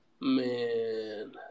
Man